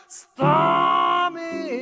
stormy